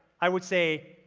i would say,